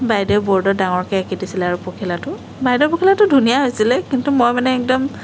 বাইদেউ ব'ৰ্ডত দাঙৰ্কে আকি দিছিলে আৰু পখিলাটো বাইদেউৰ পখিলাটো ধুনীয়া হৈছিলে কিন্তু মই মানে একদম